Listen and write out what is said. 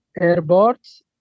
airports